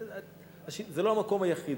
זה לא המקום היחיד,